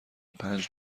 پنج